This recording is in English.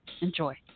Enjoy